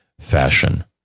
fashion